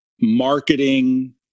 marketing